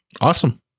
awesome